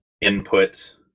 input